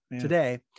Today